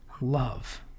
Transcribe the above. love